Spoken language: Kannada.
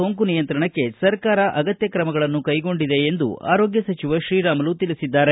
ಸೋಂಕು ನಿಯಂತ್ರಣಕ್ಕೆ ಸರ್ಕಾರ ಅಗತ್ಯ ಕ್ರಮಗಳನ್ನು ಕೈಗೊಂಡಿದೆ ಎಂದು ಆರೋಗ್ಯ ಸಚಿವ ಶ್ರೀರಾಮುಲು ತಿಳಿಸಿದ್ದಾರೆ